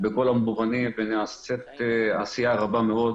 בכל המובנים ונעשית עשייה רבה מאוד.